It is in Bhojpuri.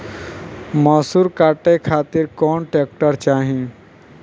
मैसूर काटे खातिर कौन ट्रैक्टर चाहीं?